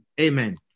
Amen